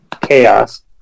chaos